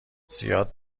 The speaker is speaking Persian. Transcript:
زیاد